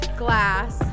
glass